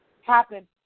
happen